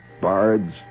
bards